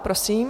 Prosím.